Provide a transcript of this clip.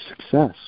success